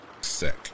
sick